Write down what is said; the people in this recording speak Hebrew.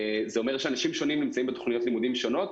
זה אומר שאנשים שונים נמצאים בתוכניות לימודים שונות,